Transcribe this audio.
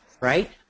right